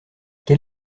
quel